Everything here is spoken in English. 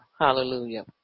Hallelujah